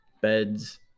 beds